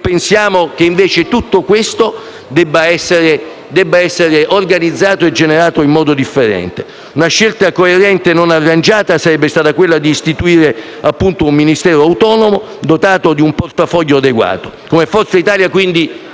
Pensiamo invece che tutto questo debba essere organizzato e generato in modo differente. Una scelta coerente e non arrangiata sarebbe stata quella d'istituire un Ministero autonomo, dotato di un portafoglio adeguato. Come Gruppo Forza Italia, quindi,